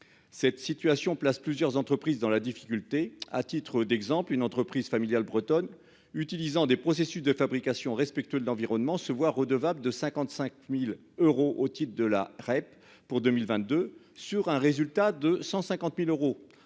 Cette situation place plusieurs entreprises dans la difficulté. À titre d'exemple, une entreprise familiale bretonne utilisant des processus de fabrication, respectueux de l'environnement se voir redevable de 55.000 euros au titre de la crêpe. Pour 2022, sur un résultat de 150.000 euros